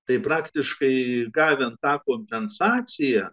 tai praktiškai gavę tapo sensacija